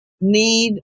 need